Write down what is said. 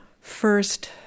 first